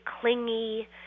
clingy